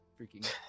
freaking